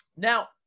Now